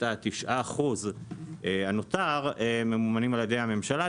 ה-9% הנותר ממומנים באמת על ידי הממשלה.